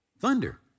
thunder